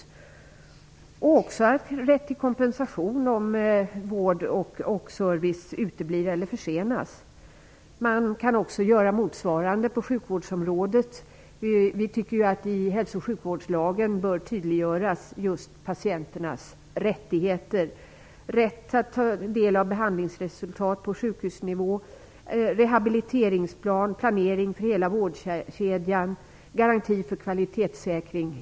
De äldre skulle också ha rätt till kompensation om vård uteblir eller försenas. Man kan också göra motsvarande på sjukvårdsområdet. Vi tycker att just patienternas rättigheter bör tydliggöras i hälso och sjukvårdslagen: rätt att ta del av behandlingsresultat på sjukhusnivå, rehabiliteringsplan, planering för hela vårdkedjan, garanti för kvalitetssäkring.